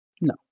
No